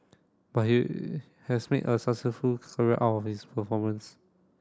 but he has made a successful career out of his performance